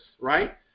right